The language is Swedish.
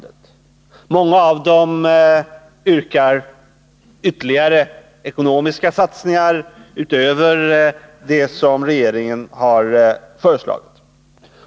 I många av dem yrkas på ytterligare ekonomiska satsningar utöver vad regeringen har föreslagit.